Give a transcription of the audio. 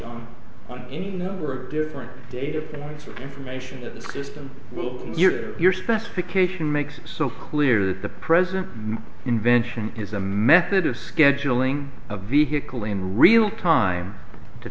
on on any number of different data points of information that the system will your specification makes it so clear that the president invention is a method of scheduling a vehicle in real time to